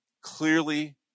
clearly